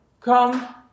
come